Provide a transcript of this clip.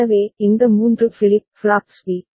எனவே இந்த 3 flip flops B